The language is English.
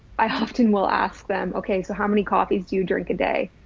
i often will ask them, okay, so how many coffees do you drink a day?